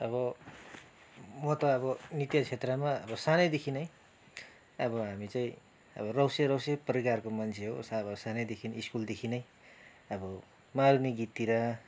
अब म त अब नृत्य क्षेत्रमा अब सानैदेखि नै अब हामी चाहिँ रौसे रौसे प्रकारको मान्छे हो अब सानैदेखि स्कुलदेखि नै अब मारुनी गीततिर